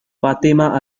fatima